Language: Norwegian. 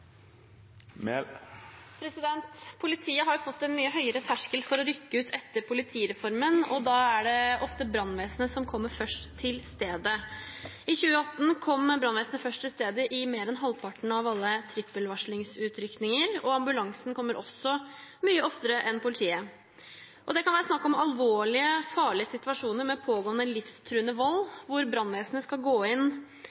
Norge. Politiet har fått en mye høyere terskel for å rykke ut etter politireformen, og da er det ofte brannvesenet som kommer først til stedet. I 2018 kom brannvesenet først til stedet i mer enn halvparten av alle trippelvarslingsutrykninger, og ambulansen kommer også mye oftere enn politiet. Det kan være snakk om alvorlige, farlige situasjoner med